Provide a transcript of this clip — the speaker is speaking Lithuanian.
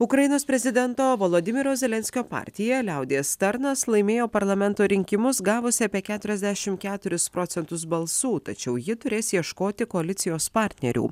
ukrainos prezidento volodymyro zelenskio partija liaudies tarnas laimėjo parlamento rinkimus gavusi apie keturiasdešim keturis procentus balsų tačiau ji turės ieškoti koalicijos partnerių